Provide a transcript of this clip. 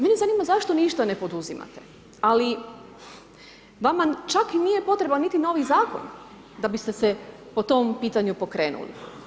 Mene zanima zašto ništa ne poduzimate, ali vama čak nije potreban niti novi zakon da biste se po tom pitanju pokrenuli.